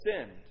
sinned